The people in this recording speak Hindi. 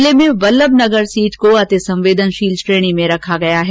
जिले में वल्लमनगर सीट को अतिसंवेदनशील श्रेणी में रखा गया है